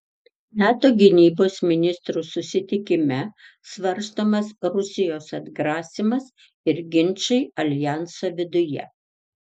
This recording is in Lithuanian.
nato gynybos ministrų susitikime svarstomas rusijos atgrasymas ir ginčai aljanso viduje